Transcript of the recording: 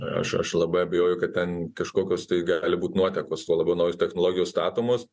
aš aš labai abejoju kad ten kažkokios tai gali būt nuotekos tuo labiau naujos technologijos statomos